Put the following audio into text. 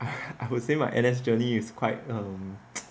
I would say my N_S journey is quite tough